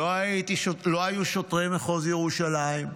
לא היו שוטרי מחוז ירושלים,